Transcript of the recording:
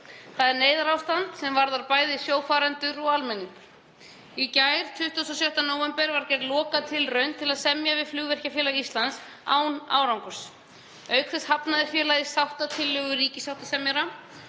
Það er neyðarástand sem varðar bæði sjófarendur og almenning. Í gær, 26. nóvember, var gerð lokatilraun til að semja við Flugvirkjafélag Íslands án árangurs. Auk þess hafnaði félagið sáttatillögu ríkissáttasemjara.